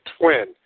twin